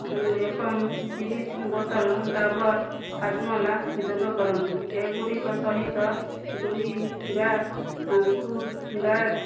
ଏବଂ ତିରିଶ ବୋତଲ ଡାବର୍ ହାଜମୋଲା ଯୋଗ କରନ୍ତୁ ଏଗୁଡ଼ିକ ସହିତ ଦୁଇ ବ୍ୟାଗ୍ ଗୁଡ୍ ଡାଏଟ୍